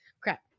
crap